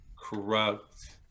corrupt